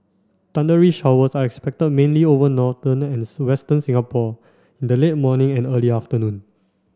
thundery showers are expected mainly over northern and western Singapore in the late morning and early afternoon